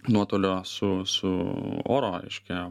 nuotolio su su oro reiškia